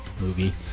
movie